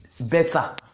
better